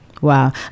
Wow